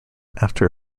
after